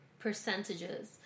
percentages